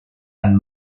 and